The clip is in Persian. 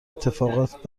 اتفاقات